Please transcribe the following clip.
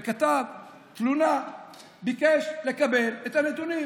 הוא כתב תלונה וביקש לקבל את הנתונים.